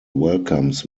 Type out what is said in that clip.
welcomes